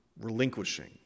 relinquishing